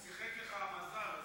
שיחק לך המזל,